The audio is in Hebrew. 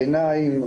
עיניים,